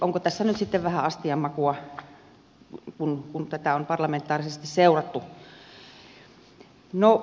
onko tässä nyt sitten vähän astian makua kun tätä on parlamentaarisesti seurattu